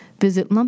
visit